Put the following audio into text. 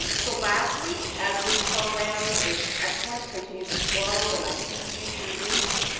um so lastly as this program is excellent continues to grow and i see future use